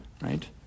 right